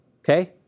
okay